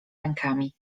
rękami